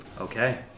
Okay